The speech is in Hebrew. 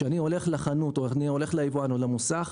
כשאני הולך לחנות או הולך ליבואן או למוסך,